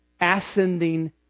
ascending